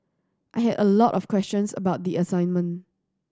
I had a lot of questions about the assignment